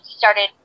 started